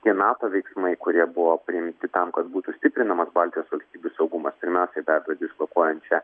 tie nato veiksmai kurie buvo priimti tam kad būtų stiprinamas baltijos valstybių saugumas pirmiausia be abejo dislokuojant čia